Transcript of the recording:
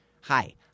hi